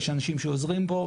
יש אנשים שעוזרים לו,